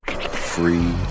Free